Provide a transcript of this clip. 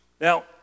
Now